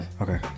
Okay